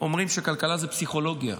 אומרים שכלכלה זה פסיכולוגיה.